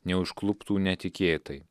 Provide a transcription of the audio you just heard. neužkluptų netikėtai